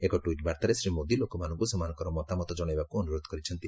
ଏକ ଟ୍ୱିଟ୍ବାର୍ତ୍ତାରେ ଶ୍ରୀ ମୋଦୀ ଲୋକମାନଙ୍କୁ ସେମାନଙ୍କର ମତାମତ କଶାଇବାକୁ ଅନୁରୋଧ କରିଛନ୍ତି